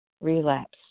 Relapse